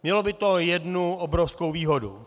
Mělo by to jednu obrovskou výhodu.